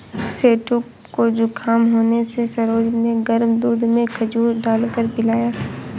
सेठू को जुखाम होने से सरोज ने गर्म दूध में खजूर डालकर पिलाया